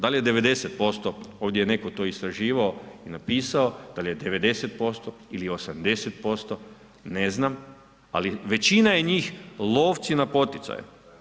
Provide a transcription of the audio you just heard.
Da li je 90%, ovdje je netko to istraživao i napisao, da li je 90% ili 80% ne znam ali većina je njih lovci na poticaje.